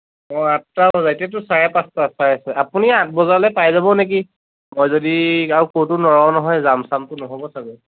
অঁ আঠটা এতিয়াতো চাৰে পাঁচটা আপুনি আঠ বজালৈ পাই যাব নেকি মই যদি আৰু ক'তো নৰও নহয় জাম চামতো নহ'ব চাগে